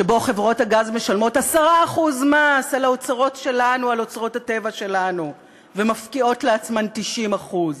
שבו חברות הגז משלמות 10% מס על אוצרות הטבע שלנו ומפקיעות לעצמן 90%?